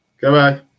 Goodbye